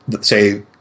say